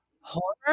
horror